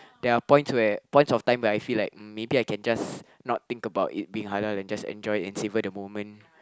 there are points where points of time where I feel like mm maybe I can just not think of it being halal and just enjoy it and savor the moment